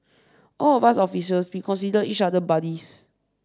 all of us officers we consider each other buddies